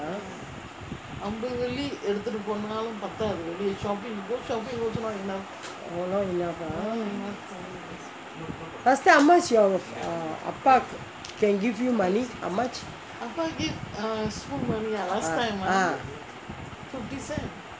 oh not enough ah last time how much your அப்பா:appa can give you money how much ah